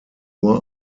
nur